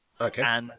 Okay